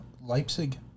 Leipzig